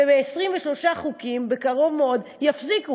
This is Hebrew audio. וב-23 חוקים בקרוב מאוד זה ייפסק.